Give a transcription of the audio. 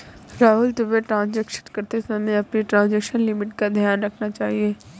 राहुल, तुम्हें ट्रांजेक्शन करते समय अपनी ट्रांजेक्शन लिमिट का ध्यान रखना चाहिए